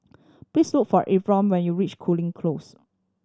please look for when you reach Cooling Close